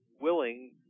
willing